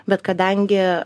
bet kadangi